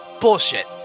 bullshit